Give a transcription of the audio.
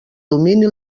domini